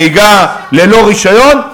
או נהיגה ללא רישיון,